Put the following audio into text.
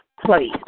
place